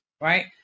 Right